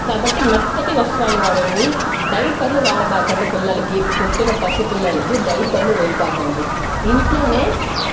కాబట్టి మెత్తటి వస్త్రాలు వాడండి డైపర్లు వాడబాకండి పిల్లలకి పుట్టిన పసి పిల్లలకి డైపర్లు వెయ్యమాకండి ఇంట్లోనే